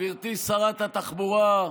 גברתי שרת התחבורה,